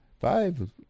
Five